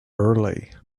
early